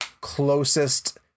closest